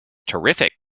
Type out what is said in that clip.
terrific